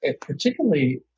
particularly